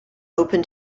open